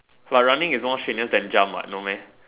but running is more strenuous than jump what no meh